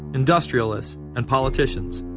industrialists and politicians.